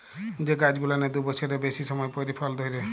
যে গাইছ গুলানের দু বচ্ছরের বেইসি সময় পইরে ফল ধইরে